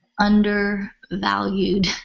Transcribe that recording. undervalued